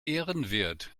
ehrenwert